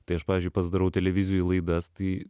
tai aš pavyzdžiui pats darau televizijoj laidas tai